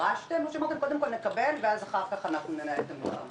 דרשתם או אמרתם: קודם כול נקבל ואחר כך ננהל את המלחמה?